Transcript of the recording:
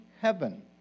heaven